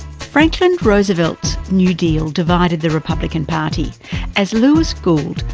franklin roosevelt's new deal divided the republican party as lewis gould,